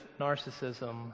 narcissism